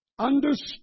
Understood